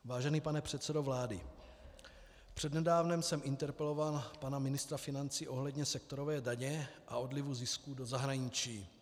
Vážený pane předsedo vlády, přednedávnem jsem interpeloval pana ministra financí ohledně sektorové daně a odlivu zisků do zahraničí.